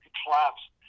collapsed